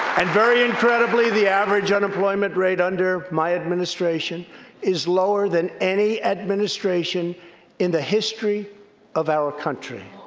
and very incredibly, the average unemployment rate under my administration is lower than any administration in the history of our country.